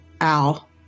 Al